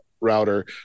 router